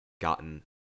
gotten